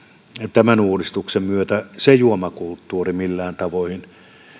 tämän uudistuksen myötä se juomakulttuuri millään tavoin